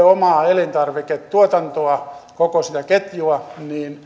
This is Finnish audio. omaa elintarviketuotantoa koko sitä ketjua niin